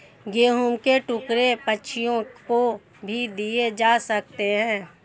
गेहूं के टुकड़े पक्षियों को भी दिए जा सकते हैं